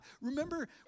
remember